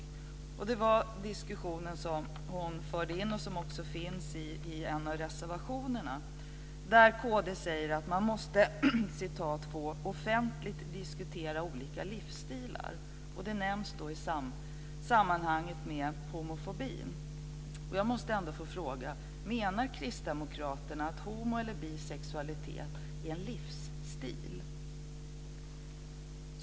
Hon förde in något i diskussionen som också finns i en av reservationerna. Kd säger där att "man måste få offentligt diskutera olika livsstilar". Det nämns i sammanhanget med homofobin. Jag måste få fråga: Menar Kristdemokraterna att homo eller bisexualitet är en livsstil?